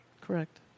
Correct